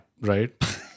Right